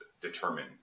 determine